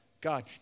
God